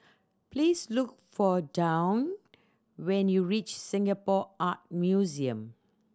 please look for Dawne when you reach Singapore Art Museum